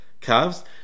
calves